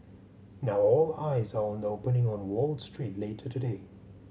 now all eyes are on the opening on Wall Street later today